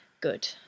good